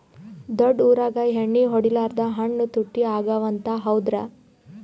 ದೊಡ್ಡ ಊರಾಗ ಎಣ್ಣಿ ಹೊಡಿಲಾರ್ದ ಹಣ್ಣು ತುಟ್ಟಿ ಅಗವ ಅಂತ, ಹೌದ್ರ್ಯಾ?